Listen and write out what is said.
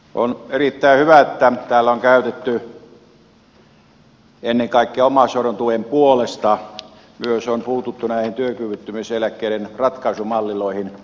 on erittäin hyvä että täällä on käytetty puheenvuoroja ennen kaikkea omaishoidon tuen puolesta myös on puututtu näihin työkyvyttömyyseläkkeiden ratkaisumalliloihin